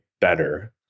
better